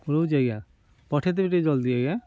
ରହୁଛି ଆଜ୍ଞା ପଠାଇଦେବେ ଟିକେ ଜଲଦି ଆଜ୍ଞା